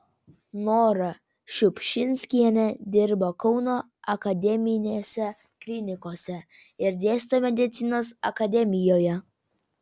nora šiupšinskienė dirba kauno akademinėse klinikose ir dėsto medicinos akademijoje